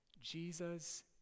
Jesus